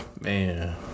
man